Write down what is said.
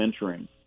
mentoring